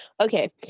okay